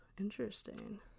Interesting